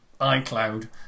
iCloud